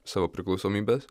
savo priklausomybės